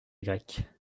grecque